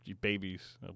babies